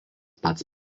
pats